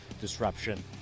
disruption